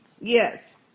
Yes